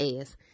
ass